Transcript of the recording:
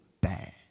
bad